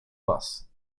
was